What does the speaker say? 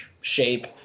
shape